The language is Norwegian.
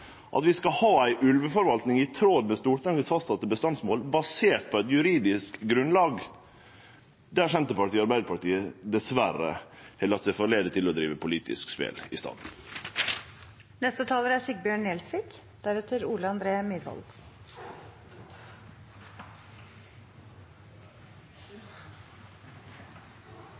at vi faktisk tek ansvar for at vi skal ha ei ulveforvalting i tråd med Stortingets fastsette bestandsmål basert på eit juridisk grunnlag, der Senterpartiet og Arbeidarpartiet dessverre har late seg lure til å drive politisk spel i